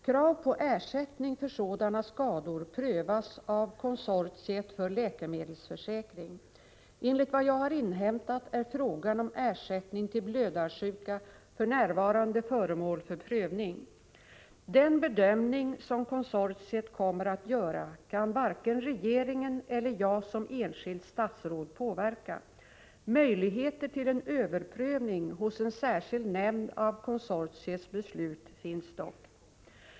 Krav på ersättning för sådana skador prövas av Konsortiet för läkemedelsförsäkring. Enligt vad jag har inhämtat är frågan om ersättning till blödarsjuka för närvarande föremål för prövning. Den bedömning som konsortiet kommer att göra kan varken regeringen eller jag som enskilt statsråd påverka. Möjligheter till en överprövning hos en särskild nämnd av konsortiets beslut finns dock.